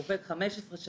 הוא עובד 15 שנה,